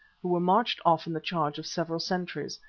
who were marched off in the charge of several sentries,